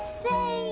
say